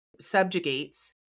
subjugates